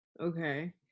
Okay